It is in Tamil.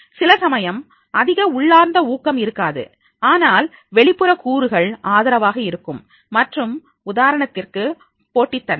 சில சமயம் அதிக உள்ளார்ந்த ஊக்கம் இருக்காது ஆனால்வெளிப்புற கூறுகள் ஆதரவாக இருக்கும் மற்றும் உதாரணத்திற்கு போட்டித் தன்மை